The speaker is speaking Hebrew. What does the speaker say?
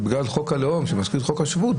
ובגלל חוק הלאום שמזכיר את חוק השבות,